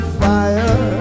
fire